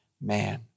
man